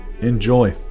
Enjoy